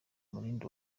umurindi